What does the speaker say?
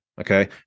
okay